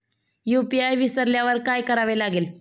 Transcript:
UPI विसरल्यावर काय करावे लागेल?